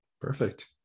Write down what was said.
Perfect